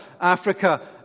Africa